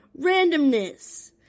randomness